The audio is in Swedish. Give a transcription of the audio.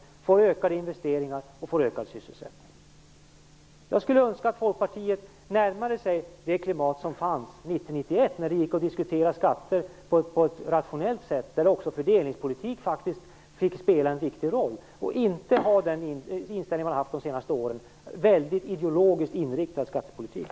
Därmed får man ökade investeringar och ökad sysselsättning. Jag skulle önska att Folkpartiet närmade sig det klimat som fanns 1991 när det gick att diskutera skatter på ett rationellt sätt och när också fördelningspolitik fick spela en viktig roll. Jag önskar också att Folkpartiet inte hade den inställning som man har haft under de senaste åren, nämligen en väldigt ideologiskt inriktad skattepolitik.